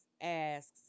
asks